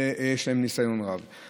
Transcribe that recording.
ויש להם ניסיון רב.